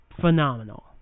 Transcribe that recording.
phenomenal